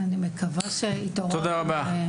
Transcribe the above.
תודה רבה.